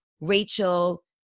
Rachel